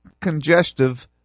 congestive